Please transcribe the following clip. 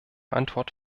antwort